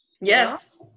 Yes